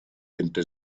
entre